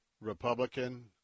Republican